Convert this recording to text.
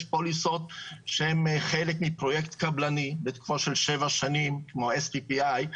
יש פוליסות שהן חלק מפרויקט קבלני בתקופה של שבע שנים כמו STPI,